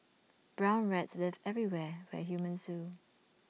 brown rats live everywhere where humans do